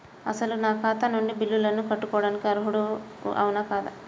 అసలు నా ఖాతా నుండి బిల్లులను కట్టుకోవటానికి అర్హుడని అవునా కాదా?